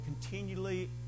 continually